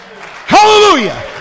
Hallelujah